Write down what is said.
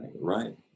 Right